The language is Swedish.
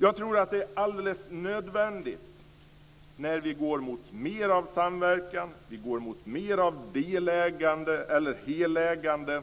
Jag tror att det är alldeles nödvändigt nu, när vi går mot mer av samverkan och mer av del eller helägande